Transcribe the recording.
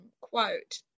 quote